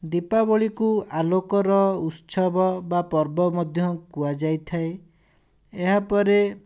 ଦୀପାବଳିକୁ ଆଲୋକର ଉତ୍ସବ ବା ପର୍ବ ମଧ୍ୟ କୁହାଯାଇଥାଏ ଏହା ପରେ